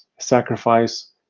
sacrifice